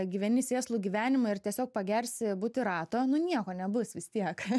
gyveni sėslų gyvenimą ir tiesiog pagersi butirato nu nieko nebus vis tiek